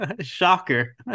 shocker